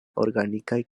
organikaj